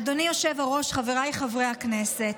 אדוני היושב-ראש, חבריי חברי הכנסת,